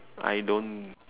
I don't